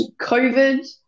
COVID